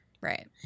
right